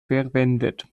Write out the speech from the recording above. verwendet